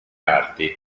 arti